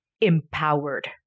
empowered